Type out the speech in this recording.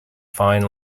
fine